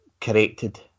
corrected